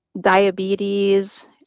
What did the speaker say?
diabetes